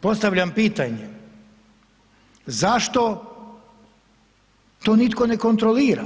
Postavljam pitanje, zašto to nitko ne kontrolira,